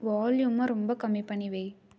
வால்யூமை ரொம்ப கம்மி பண்ணி வை